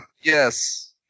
Yes